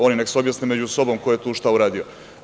Oni nek se objasne među sobom ko je tu šta uradio.